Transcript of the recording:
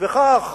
וכך